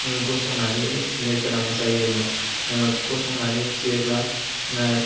गसंनानैनो खिनो गोनां जायोमोन गसंनानै खियोब्ला